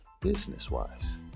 business-wise